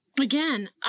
again